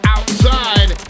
Outside